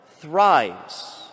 thrives